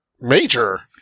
major